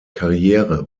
karriere